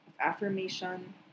affirmation